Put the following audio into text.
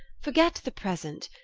forget the present,